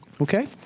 Okay